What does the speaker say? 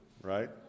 Right